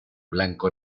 blanco